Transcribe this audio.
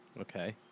Okay